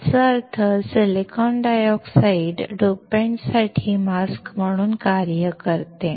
याचा अर्थ silicon dioxide डोपेंटसाठी मास्क म्हणून कार्य करते